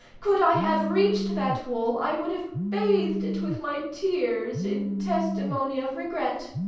could i have reached that wool i would have bathed it with my tears, in testimony of regret.